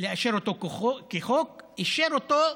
לאשר אותו כחוק, ואישר אותו,